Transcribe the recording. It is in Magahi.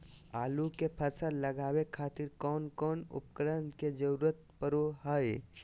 आलू के फसल लगावे खातिर कौन कौन उपकरण के जरूरत पढ़ो हाय?